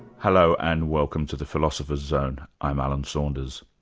hello, and welcome to the philosopher's zone. i'm alan saunders.